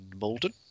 Malden